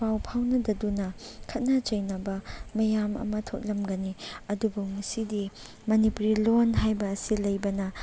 ꯄꯥꯎ ꯐꯥꯎꯅꯗꯗꯨꯅ ꯈꯠꯅ ꯆꯩꯅꯕ ꯃꯌꯥꯝ ꯑꯃ ꯊꯣꯛꯂꯝꯒꯅꯤ ꯑꯗꯨꯕꯨ ꯉꯁꯤꯗꯤ ꯃꯅꯤꯄꯨꯔꯤ ꯂꯣꯟ ꯍꯥꯏꯕ ꯑꯁꯤ ꯂꯩꯕꯅ